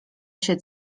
się